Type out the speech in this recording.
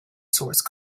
source